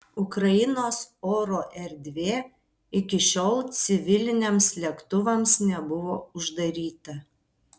ukrainos oro erdvė iki šiol civiliniams lėktuvams nebuvo uždaryta